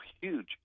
huge